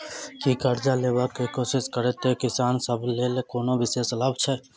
की करजा लेबाक कोशिश करैत किसान सब लेल कोनो विशेष लाभ छै?